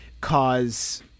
cause